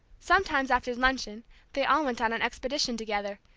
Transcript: sometimes after luncheon they all went on an expedition together,